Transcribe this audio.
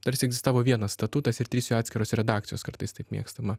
tarsi egzistavo vienas statutas ir trys jo atskiros redakcijos kartais taip mėgstama